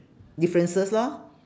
differences lor